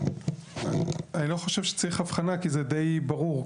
אני לא חושב שצריך הבחנה, כי זה די ברור.